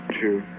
two